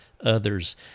Others